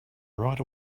right